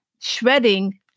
shredding